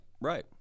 right